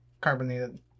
carbonated